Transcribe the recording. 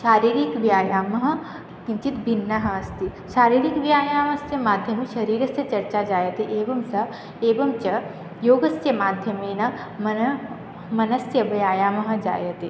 शारीरिकव्यायामः किञ्चित् भिन्नः अस्ति शारीरिकव्यायामस्य माध्यमे शरीरस्य चर्चा जायते एवं सः एवं च योगस्य माध्यमेन मनः मनसः व्यायामः जायते